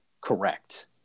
correct